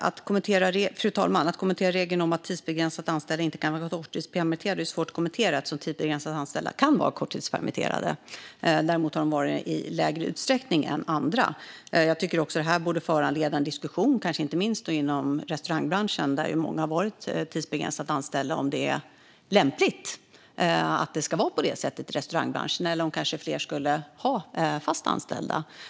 Fru talman! Att kommentera regeln om att tidsbegränsat anställda inte kan vara korttidspermitterade är svårt, eftersom tidsbegränsat anställda visst kan vara korttidspermitterade. Däremot har de varit det i lägre utsträckning än andra. Jag tycker också att det här borde föranleda en diskussion, kanske inte minst inom restaurangbranschen där ju många har varit tidsbegränsat anställda, om det är lämpligt att det ska vara på det sättet i restaurangbranschen eller om fler kanske skulle ha fast anställda.